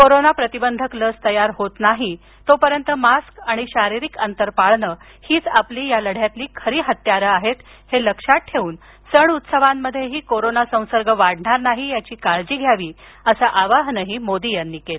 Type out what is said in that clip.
corona प्रतिबंधक लस तयार होत नाही तोपर्यंत मास्क आणि शारीरिक अंतर पाळणं हीच आपली या लढ्यातील खरी हत्यारं आहेत हे लक्षात ठेवून सण उत्सवांमध्येही कोरोना संसर्ग वाढणार नाही याची काळजी घ्यावी असं आवाहनही मोदी यांनी केलं